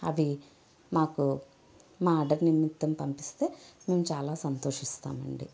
అవి మాకు మా ఆర్డర్ నిమిత్తం పంపిస్తే మేం చాలా సంతోషిస్తామండి